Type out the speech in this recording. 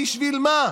בשביל מה?